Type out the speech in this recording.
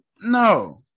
no